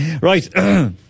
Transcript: right